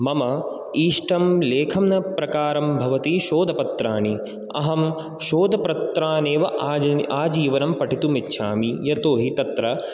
मम इष्टं लेखनप्रकारं भवति शोधपत्राणि अहं शोधपत्राण्येव आजी आजीवनं पठितुमिच्छामि यतोहि तत्र